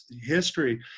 history